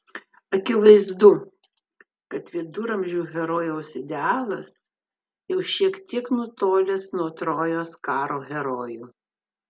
akivaizdu kad viduramžių herojaus idealas jau šiek tiek nutolęs nuo trojos karo herojų